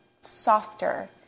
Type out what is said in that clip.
softer